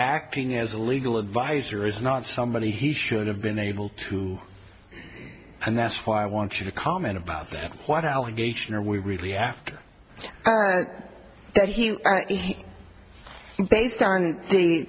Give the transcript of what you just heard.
acting as a legal advisor is not somebody he should have been able to and that's why i want you to comment about that what allegation are we really after that he based on th